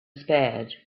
spared